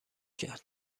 کرد